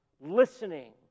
listening